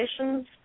relations